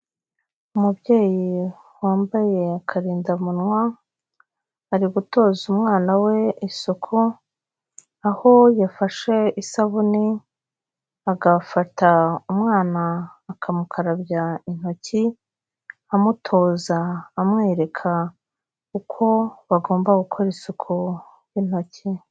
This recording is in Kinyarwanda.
Umubyeyi wambaye akarindamuwa, ari gutoza umwana we isuku aho yafashe isabune, agafata umwana akamukarabya intoki, amutoza amwereka uko bagomba gukora isuku y'intoki.